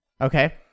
okay